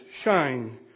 shine